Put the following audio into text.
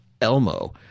Elmo